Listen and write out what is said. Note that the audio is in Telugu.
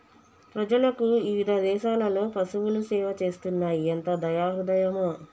ప్రజలకు ఇవిధ దేసాలలో పసువులు సేవ చేస్తున్నాయి ఎంత దయా హృదయమో